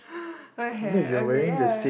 where have okay yeah